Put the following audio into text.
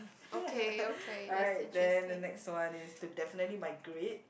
alright then the next one is to definitely migrate